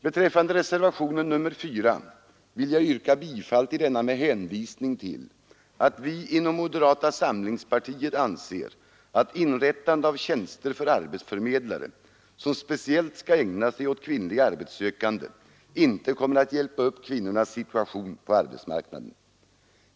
Beträffande reservationen 4 vill jag yrka bifall till denna med hänvisning till att vi inom moderata samlingspartiet anser att inrättande av tjänster för arbetsförmedlare som speciellt skall ägna sig åt kvinnliga arbetssökande inte kommer att hjälpa upp kvinnornas situation på arbetsmarknaden.